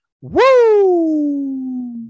Woo